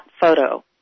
photo